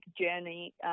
journey